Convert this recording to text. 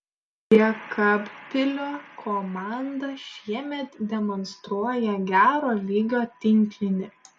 jekabpilio komanda šiemet demonstruoja gero lygio tinklinį